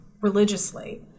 religiously